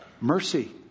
Mercy